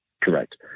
Correct